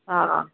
हा